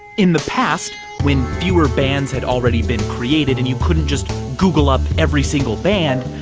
in the past when fewer bands had already been created and you couldn't just google up every single band,